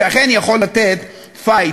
שאכן יכול לתת "פייט"